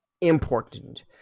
important